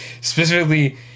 Specifically